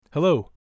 Hello